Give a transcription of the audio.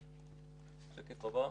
השקף הבא.